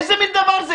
איזה מין דבר זה?